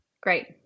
Great